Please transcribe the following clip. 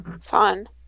Fun